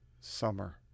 summer